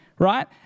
right